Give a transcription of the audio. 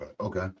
Okay